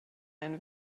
ein